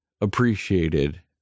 appreciated